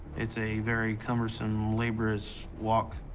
it's a very cumbersome, laborious walk